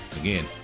Again